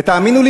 ותאמינו לי,